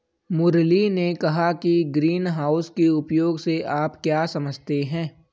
मुरली ने कहा कि ग्रीनहाउस के उपयोग से आप क्या समझते हैं?